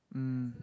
mm